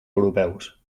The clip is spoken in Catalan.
europeus